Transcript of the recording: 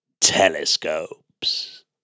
telescopes